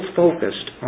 focused